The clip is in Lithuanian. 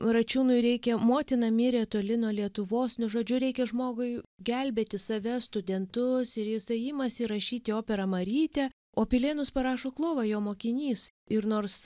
račiūnui reikia motina mirė toli nuo lietuvos nu žodžiu reikia žmogui gelbėti save studentus ir jisai imasi rašyti operą marytė o pilėnus parašo klova jo mokinys ir nors